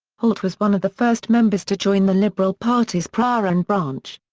holt was one of the first members to join the liberal party's prahran branch.